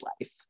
life